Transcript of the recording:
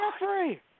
Jeffrey